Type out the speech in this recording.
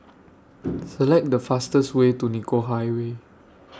Select The fastest Way to Nicoll Highway